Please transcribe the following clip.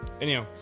anyhow